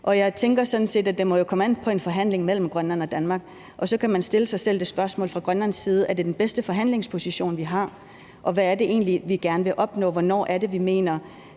Og jeg tænker sådan set, at det må komme an på en forhandling mellem Grønland og Danmark. Og så kan man stille sig selv det spørgsmål fra Grønlands side, om det er den bedste forhandlingsposition, vi har, hvad det egentlig er, vi gerne vil opnå, og hvornår det er, vi mener,